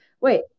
wait